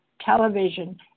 television